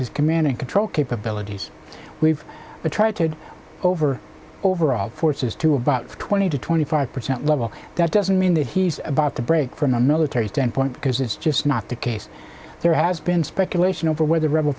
his command and control capabilities we've attracted over overall forces to about twenty to twenty five percent level that doesn't mean that he's about to break from a military standpoint because it's just not the case there has been speculation over whe